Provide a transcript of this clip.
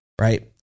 right